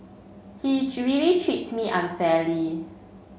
he really treats me unfairly